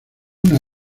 una